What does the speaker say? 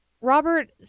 Robert